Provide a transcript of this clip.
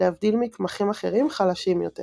להבדיל מקמחים אחרים "חלשים" יותר